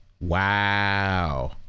Wow